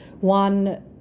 one